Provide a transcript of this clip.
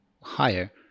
higher